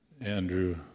Andrew